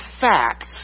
facts